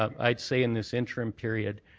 um i'd say in this interim period,